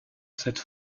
cette